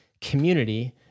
community